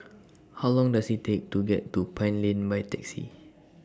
How Long Does IT Take to get to Pine Lane By Taxi